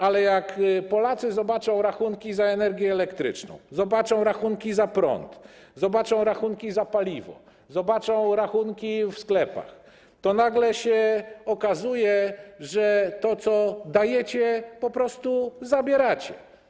Ale jak Polacy zobaczą rachunki za energię elektryczną, zobaczą rachunki za prąd, zobaczą rachunki za paliwo, zobaczą rachunki w sklepach, to nagle się okaże, że to, co dajecie, po prostu zabieracie.